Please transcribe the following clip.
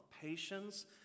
patience